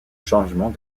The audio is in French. changements